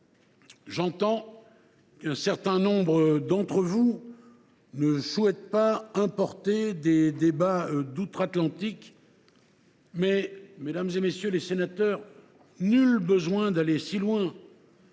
J’entends qu’un certain nombre d’entre vous ne souhaitent pas importer des débats venus d’outre Atlantique. Mesdames, messieurs les sénateurs, nul besoin d’aller si loin !